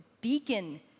beacon